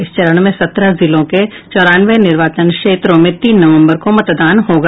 इस चरण में सत्रह जिलों के चौरानवे निर्वाचन क्षेत्रों में तीन नवम्बर को मतदान होगा